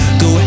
go